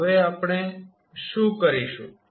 તો હવે આપણે શું કરીશું